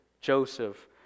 Joseph